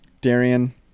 Darian